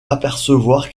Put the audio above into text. apercevoir